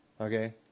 Okay